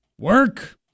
Work